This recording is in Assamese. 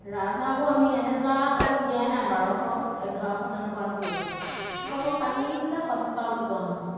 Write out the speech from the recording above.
ৰাজ হাঁহবোৰ আমি এহেজাৰ তলত দিয়াই নাই বাৰশ এঘাৰশ তেনেকুৱাত দি আছোঁ তাৰপৰা আকৌ কালি বোলে সস্তা বুলি কোৱা শুনিছোঁ